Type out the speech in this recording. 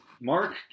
Mark